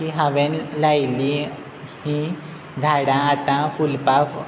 की हांवें लायिल्ली ही झाडां आतां फुलपा